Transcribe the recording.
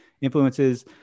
influences